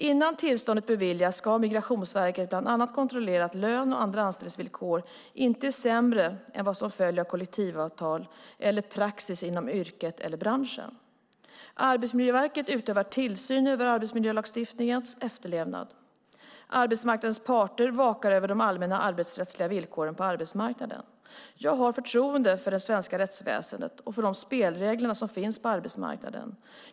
Innan tillståndet beviljas ska Migrationsverket bland annat kontrollera att lön och andra anställningsvillkor inte är sämre än vad som följer av kollektivavtal eller praxis inom yrket eller branschen. Arbetsmiljöverket utövar tillsyn över arbetsmiljölagstiftningens efterlevnad. Arbetsmarknadens parter vakar över de allmänna arbetsrättsliga villkoren på arbetsmarknaden. Jag har förtroende för det svenska rättsväsendet och för de spelregler som finns på den svenska arbetsmarknaden.